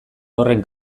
horren